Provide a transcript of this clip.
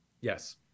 Yes